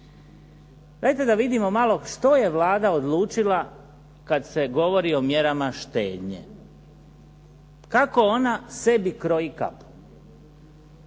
Dajte da vidimo malo što je Vlada odlučila kad se govori o mjerama štednje, kako ona sebi kroji kapu.